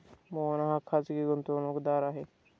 मोहन हा खाजगी गुंतवणूकदार आहे